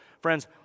Friends